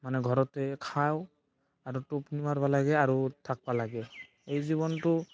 মানে ঘৰতে খাওঁ আৰু টোপনী মাৰিব লাগে আৰু থাকবা লাগে এই জীৱনটো